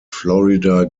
florida